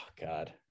God